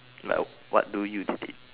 like what do you did it